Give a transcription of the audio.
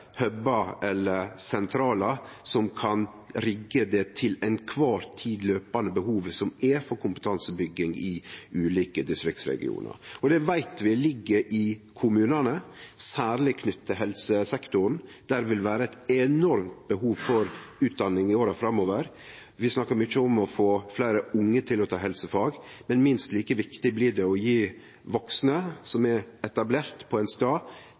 eller sentralar som kan rigge det til ei kvar tid løpande behovet som er for kompetansebygging i ulike distriktsregionar. Det veit vi ligg i kommunane, særleg knytt til helsesektoren, der det vil vere eit enormt behov for utdanning i åra framover. Vi snakkar mykje om å få fleire unge til å ta helsefag, men minst like viktig blir det å gje vaksne som er etablert på ein stad,